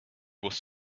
was